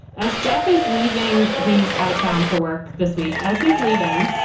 as jeff is leaving, he's out of town for work this week. as he's leaving.